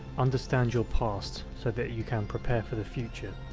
understand your past, so that you can prepare for the future.